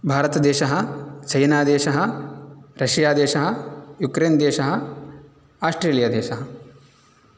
भारतदेशः चैनादेशः रष्यादेशः युक्रेन्देशः आस्ट्रेलियादेशः